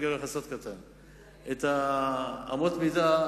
אגלה לך סוד קטן: את אמות המידה,